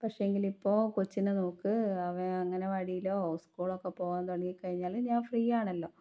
പക്ഷേങ്കിലിപ്പോൾകൊച്ചിനെ നോക്ക് അവൻ അങ്കനവാടിയിലോ സ്കൂളൊക്കെ പോകാൻ തുടങ്ങി കഴിഞ്ഞാൽ ഞാൻ ഫ്രീയാണല്ലോ